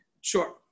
Sure